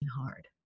hard